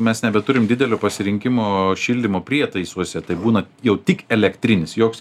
mes nebeturim didelio pasirinkimo šildymo prietaisuose tai būna jau tik elektrinis joks